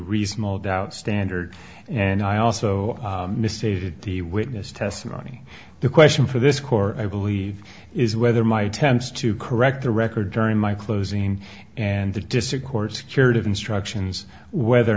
reasonable doubt standard and i also misstated the witness testimony the question for this score i believe is whether my attempts to correct the record during my closing and the district court secured of instructions whether or